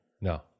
No